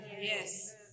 Yes